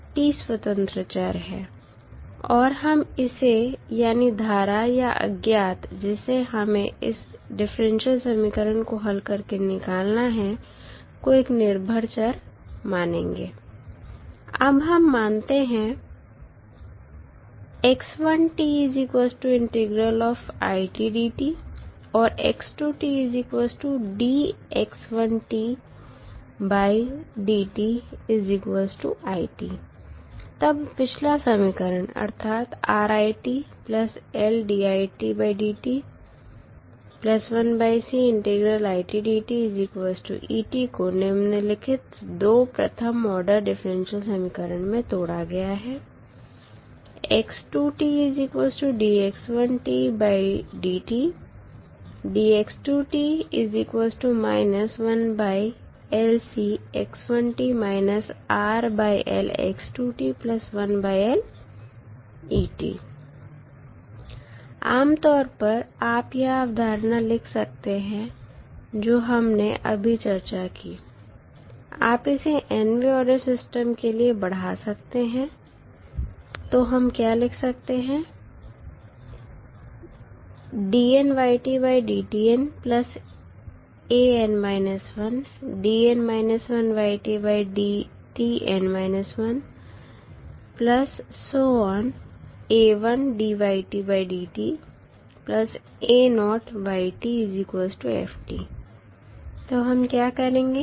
t स्वतंत्र चर है और हम इसे यानी धारा या अज्ञात जिसे हमे इस डिफरेंशियल समीकरण को हल करके निकलना है को एक निर्भर चर मानेंगे अब हम मानते हैं और तब पिछला समीकरण अर्थात को निम्नलिखित दो प्रथम आर्डर डिफेरेंशिअल समीकरण में तोड़ा गया है आमतौर पर आप यह अवधारणा लिख सकते हैं जो हमने अभी चर्चा की आप इसे nवें आर्डर सिस्टम के लिए बढ़ा सकते हैं तो हम क्या लिख सकते हैं तो हम क्या करेंगे